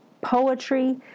poetry